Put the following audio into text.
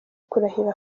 kurahirira